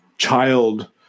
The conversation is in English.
child